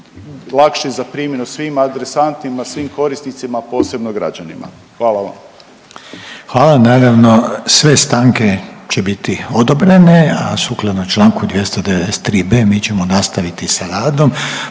lakši za primjenu svim adresantima, svim korisnicima posebno građanima. Hvala vam. **Reiner, Željko (HDZ)** Hvala, naravno sve stanke će biti odobrene, a sukladno Članku 293b. mi ćemo nastaviti sa radom,